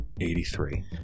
83